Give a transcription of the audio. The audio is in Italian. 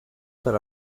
per